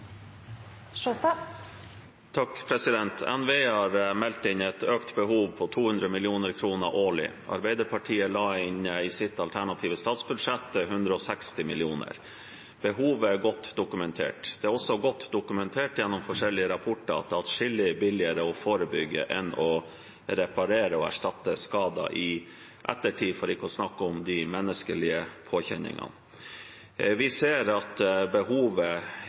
har meldt inn et økt behov på 200 mill. kr årlig. Arbeiderpartiet la inn 160 mill. kr i sitt alternative statsbudsjett. Behovet er godt dokumentert. Det er også godt dokumentert gjennom forskjellige rapporter at det er atskillig billigere å forebygge enn å reparere og erstatte skader i ettertid, for ikke å snakke om de menneskelige påkjenningene. Vi ser at behovet